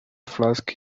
flask